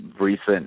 recent